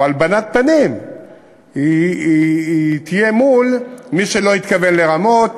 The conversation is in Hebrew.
או תהיה הלבנת פנים מול מי שלא התכוון לרמות,